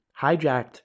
hijacked